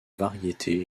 variétés